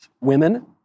women